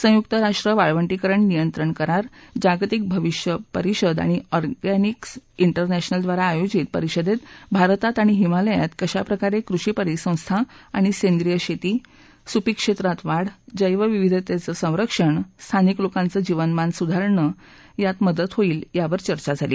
संयुक्त राष्ट्र वाळवंश्किरण नियंत्रण करार जागतिक भविष्य परिषद आणि ओगॅनिक्स इंग्लेनॅशनल द्वारा आयोजित परिषदेत भारतात आणि हिमालयात कशा प्रकारे कृषी परिसंस्था आणि सेंद्रिय शेती सुपीक क्षेत्रात वाढ जैव विविधतेच संरक्षण आणि स्थानिक लोकांचे जीवनमान सुधारण्यात मदत करू शकतील यावर चर्चा झाली